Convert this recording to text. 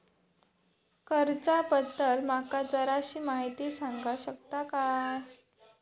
कर्जा बद्दल माका जराशी माहिती सांगा शकता काय?